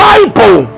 Bible